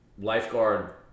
lifeguard